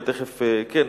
כן,